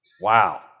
Wow